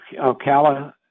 Ocala